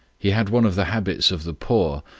he had one of the habits of the poor,